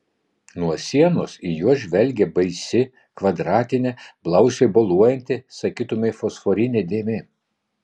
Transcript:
nuo sienos į juos žvelgė baisi kvadratinė blausiai boluojanti sakytumei fosforinė dėmė